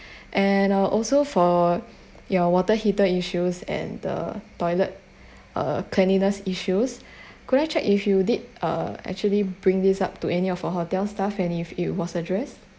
and uh also for your water heater issues and the toilet uh cleanliness issues could I check if you did uh actually bring this up to any of our hotel staff and if you was addressed